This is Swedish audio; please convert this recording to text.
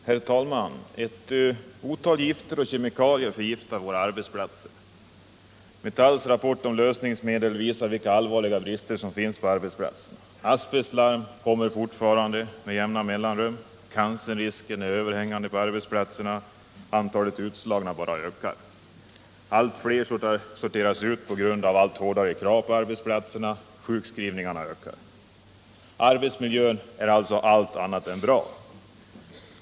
Herr talman! Ett otal gifter och kemikalier förgiftar våra arbetsplatser. Metalls rapport om lösningsmedel visar vilka allvarliga brister som finns på arbetsplatserna. Asbestlarm kommer fortfarande med jämna mellanrum. Cancerrisken är överhängande på arbetsplatserna. Antalet utslagna bara ökar. Allt fler sorteras ut på grund av allt hårdare krav på arbetsplatserna. Sjukskrivningarna ökar. Arbetsmiljön är alltså allt annat än bra.